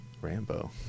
Rambo